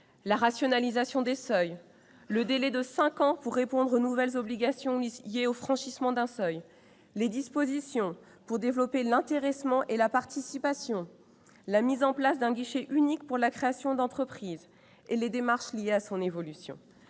la rationalisation des seuils, le délai de cinq ans pour répondre aux nouvelles obligations liées au franchissement d'un seuil, les dispositions pour développer l'intéressement et la participation, la mise en place d'un guichet unique pour la création d'entreprise et les démarches liées à son évolution,